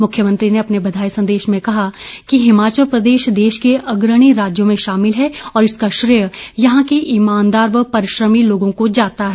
मुख्यमंत्री ने अपने बधाई संदेश में कहा कि हिमाचल प्रदेश देश के अग्रणी राज्यों में शामिल है और इसका श्रेय यहां के ईमानदार व परिश्रमी लोगों को जाता है